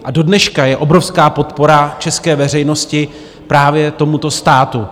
A dodneška je obrovská podpora české veřejnosti právě tomuto státu.